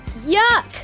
yuck